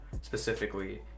specifically